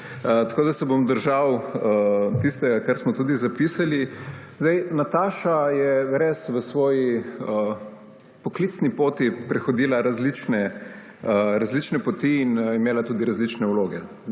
Tako da se bom držal tistega, kar smo tudi zapisali. Nataša je res na svoji poklicni poti prehodila različne poti in imela tudi različne vloge.